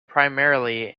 primarily